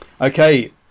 Okay